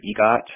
EGOT